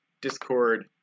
Discord